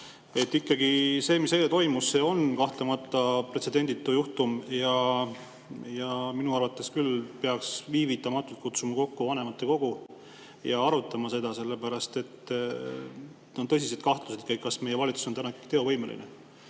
see, mis eile toimus, see on kahtlemata pretsedenditu juhtum. Minu arvates küll peaks viivitamatult kutsuma kokku vanematekogu ja arutama seda, sellepärast et on tõsised kahtlused, kas meie valitsus on teovõimeline.